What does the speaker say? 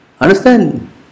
Understand